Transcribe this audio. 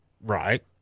Right